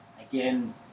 again